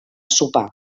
sopar